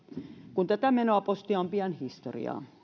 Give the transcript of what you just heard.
kun tätä menoa posti on pian historiaa